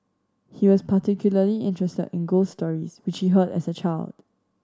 he was particularly interested in ghost stories which heard as a child